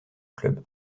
club